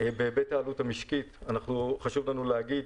בהיבט העלות המשקית חשוב לנו להגיד